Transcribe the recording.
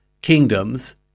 kingdoms